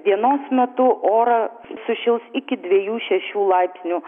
dienos metu oras sušils iki dviejų šešių laipsnių